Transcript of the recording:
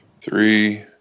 three